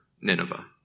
Nineveh